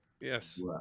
Yes